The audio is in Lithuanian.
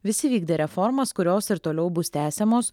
visi vykdė reformas kurios ir toliau bus tęsiamos